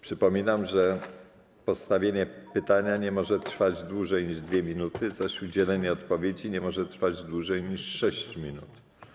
Przypominam, że postawienie pytania nie może trwać dłużej niż 2 minuty, zaś udzielenie odpowiedzi nie może trwać dłużej niż 6 minut.